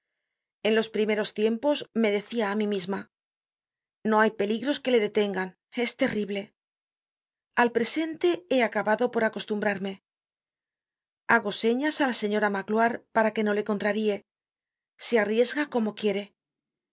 en los primeros tiempos me decia á mí misma no hay peligros que le detengan es terrible al presente he acabado por acostumbrarme hago señas á la señora magloire para que no le contraríe se arriesga como quiere